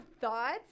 thoughts